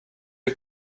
you